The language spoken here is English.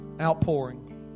Outpouring